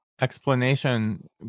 explanation